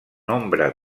nombre